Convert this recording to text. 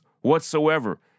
whatsoever